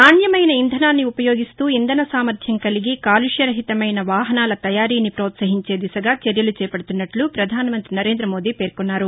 నాణ్యమైన ఇంధనాన్ని ఉపయోగిస్తూ ఇంధన సామర్ణ్యం కలిగి కాలుష్య రహితమైన వాహనాల తయారీని ప్రోత్సహించే దిశగా చర్యలు చేపడుతున్నట్ల ప్రధాన మంత్రి నరేంద్ర మోదీ పేర్కొన్నారు